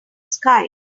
sky